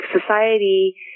society